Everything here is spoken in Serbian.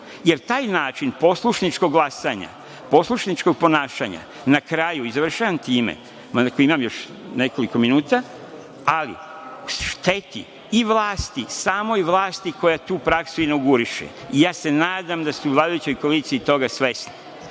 jer taj način poslušničkog glasanja i poslušničkog ponašanja, na kraju i završavam time, mada imam još nekoliko minuta, ali šteti i vlasti i samoj vlasti koja tu praksu inauguriše. Ja se nadam da su u vladajućoj koaliciji toga svesni.